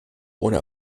ohne